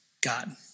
God